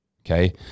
okay